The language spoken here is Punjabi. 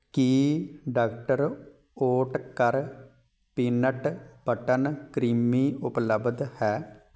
ਕੀ doctor Oetker peanut butter creamy ਉਪਲਬਧ ਹੈ